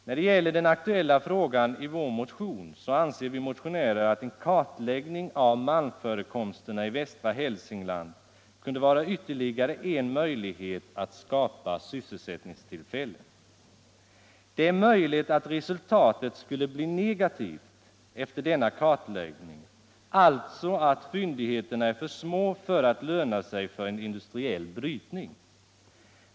När det gäller den aktuella frågan i vår motion så anser vi motionärer att en kartläggning av malmförekomsterna i västra Hälsingland kunde vara ytterligare en möjlighet att skapa sysselsättningstillfällen. Det är möjligt att resultatet skulle bli negativt efter denna kartläggning, alltså att fyndigheterna är för små för att löna sig för en industriell brytning.